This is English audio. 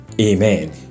Amen